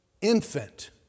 Infant